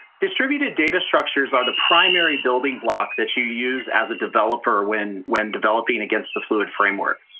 distributed data structures are the primary building block that you use as a developer when when developing against the fluid framework.